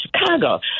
Chicago